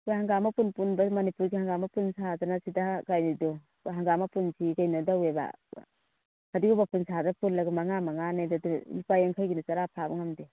ꯁꯤ ꯍꯪꯒꯥꯝ ꯃꯄꯨꯟ ꯄꯨꯟꯕ ꯃꯅꯤꯄꯨꯔꯁꯤ ꯍꯪꯒꯥꯝ ꯃꯄꯨꯟ ꯁꯥꯗꯅ ꯁꯤꯗ ꯀꯩꯅꯣꯗꯣ ꯍꯪꯒꯥꯝ ꯃꯄꯨꯟꯁꯤ ꯀꯩꯅꯣ ꯇꯧꯋꯦꯕ ꯐꯗꯤꯒꯣꯝ ꯃꯄꯨꯟ ꯁꯥꯕꯗ ꯄꯨꯜꯂꯒ ꯃꯉꯥ ꯃꯉꯥꯅꯦ ꯑꯗꯨ ꯂꯨꯄꯥ ꯌꯥꯡꯈꯩꯒꯤꯅ ꯆꯔꯥ ꯐꯥꯕ ꯉꯝꯗꯦ